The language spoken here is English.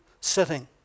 sitting